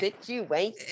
situation